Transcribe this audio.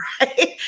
right